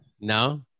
No